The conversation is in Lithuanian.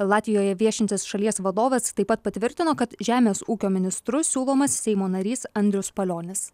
latvijoje viešintis šalies vadovas taip pat patvirtino kad žemės ūkio ministru siūlomas seimo narys andrius palionis